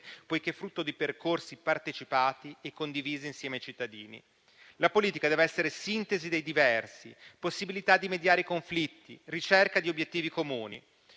poiché frutto di percorsi partecipati e condivisi insieme ai cittadini. La politica deve essere sintesi dei diversi, possibilità di mediare i conflitti, ricerca di obiettivi comuni.